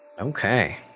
Okay